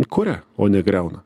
kuria o ne griauna